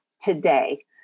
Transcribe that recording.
today